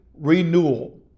renewal